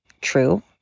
true